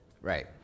Right